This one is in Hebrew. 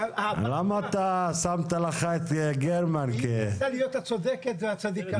למה שמת לך את גרמן כ כי היא רצתה להיות הצודקת והצדיקה.